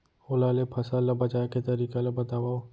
ओला ले फसल ला बचाए के तरीका ला बतावव?